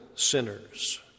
Sinners